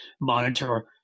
monitor